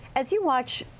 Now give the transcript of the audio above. as you watch